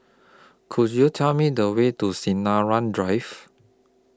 Could YOU Tell Me The Way to Sinaran Drive